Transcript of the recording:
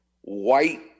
white